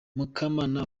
mukamana